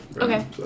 Okay